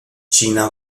china